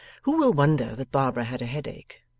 who will wonder that barbara had a headache,